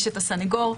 יש הסנגור,